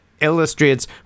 illustrates